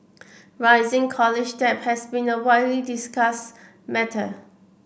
rising college debt has been a widely discussed matter